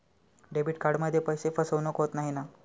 Debit कार्डमध्ये पैसे फसवणूक होत नाही ना?